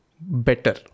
better